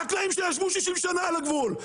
חקלאים שישבו 60 שנה על הגבול,